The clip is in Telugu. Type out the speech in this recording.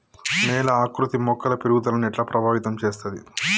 నేల ఆకృతి మొక్కల పెరుగుదలను ఎట్లా ప్రభావితం చేస్తది?